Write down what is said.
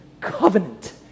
Covenant